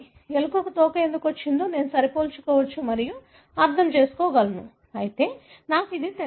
ఎలుకకు తోక ఎందుకు వచ్చిందో నేను సరిపోల్చవచ్చు మరియు అర్థంచేసుకోగలను అయితే నాకు అది తెలియదు